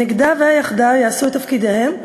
הנגדה והיחדה יעשו את תפקידיהן,